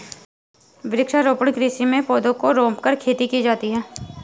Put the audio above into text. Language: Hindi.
वृक्षारोपण कृषि में पौधों को रोंपकर खेती की जाती है